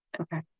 Okay